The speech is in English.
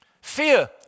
Fear